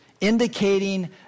Indicating